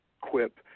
quip